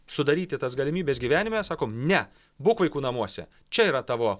sudaryti tas galimybes gyvenime sakom ne būk vaikų namuose čia yra tavo